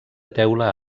teula